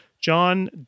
john